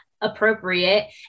appropriate